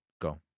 go